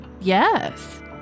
yes